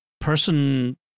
person